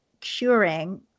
curing